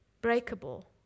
breakable